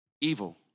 Evil